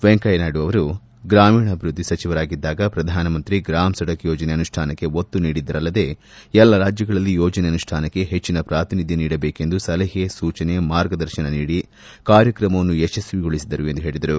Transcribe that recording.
ವೆಂಕಯ್ಯ ನಾಯ್ಡು ಅವರು ಗ್ರಾಮೀಣಾಭಿವೃದ್ದಿ ಸಚಿವರಾಗಿದ್ದಾಗ ಪ್ರಧಾನಮಂತ್ರಿ ಗ್ರಾಮ್ ಸಡಕ್ ಯೋಜನೆ ಅನುಷ್ಟಾನಕ್ಕೆ ಒತ್ತು ನೀಡಿದ್ದಲ್ಲದೇ ಎಲ್ಲಾ ರಾಜ್ಯಗಳಲ್ಲಿ ಯೋಜನೆ ಅನುಷ್ಟಾನಕ್ಕೆ ಹೆಚ್ಚಿನ ಪ್ರಾತಿನಿಧ್ಯ ನೀಡಬೇಕೆಂದು ಸಲಹೆ ಸೂಚನೆ ಮಾರ್ಗದರ್ಶನ ನೀಡಿ ಕಾರ್ಯಕ್ರಮವನ್ನು ಯಶಸ್ವಿಗೊಳಿಸಿದರು ಎಂದು ಹೇಳಿದರು